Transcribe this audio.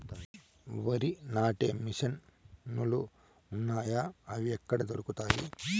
వరి నాటే మిషన్ ను లు వున్నాయా? అవి ఎక్కడ దొరుకుతాయి?